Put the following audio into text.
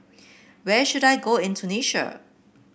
where should I go in Tunisia